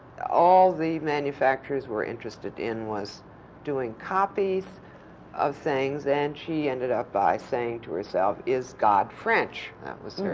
all the manufacturers were interested in was doing copies of things, and she ended up by saying to herself, is god french? that was her.